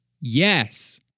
yes